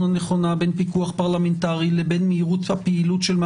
הנכונה בין פיקוח פרלמנטרי לבין מהירות הפעילות.